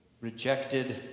rejected